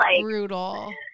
Brutal